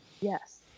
Yes